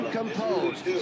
composed